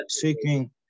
seeking